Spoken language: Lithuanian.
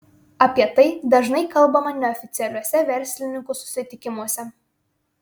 apie tai dažnai kalbama neoficialiuose verslininkų susitikimuose